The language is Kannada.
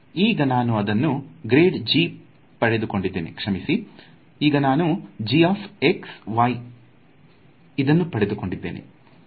ಈಗ ನಾನು ಇದನ್ನು ಪಡೆದುಕೊಂಡಿದ್ದೇನೆ ಕ್ಷಮಿಸಿ ಈಗ ನಾನು ಇದನ್ನು ಪಡೆದುಕೊಂಡಿದ್ದೇನೆ